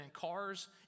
cars